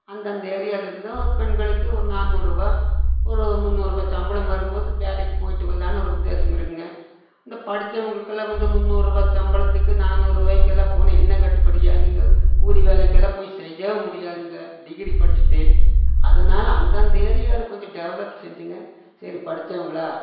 அந்தந்த ஏரியாவுலேருந்தோ ஒரு பெண்களுக்கு ஒரு நானூறுரூவா ஒரு முன்னூறுரூவா சம்பளம் வரும்போது வேலைக்குப் போயிட்டு வரலானு ஒரு உத்தேசம் இருக்குங்க இந்த படித்தவங்களுக்கெல்லாம் வந்து முன்னூறுரூவா சம்பளத்துக்கு நானூறுரூவாய்கெல்லாம் போனால் என்ன கட்டுப்படியாகும் இந்த கூலி வேலைக்கெல்லாம் போய் செய்ய முடியாதுங்க டிகிரி படித்துட்டு அதனால் அந்தந்த ஏரியாவில் கொஞ்சம் டெவலப் செஞ்சுங்க சரி படித்தவங்களா